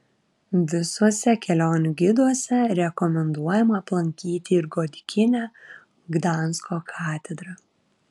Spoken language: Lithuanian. visuose kelionių giduose rekomenduojama aplankyti ir gotikinę gdansko katedrą